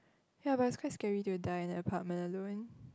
ya but it's quite scary to die in an apartment alone